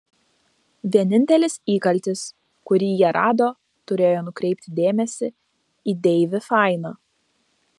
vienintelis įkaltis kurį jie rado turėjo nukreipti dėmesį į deivį fainą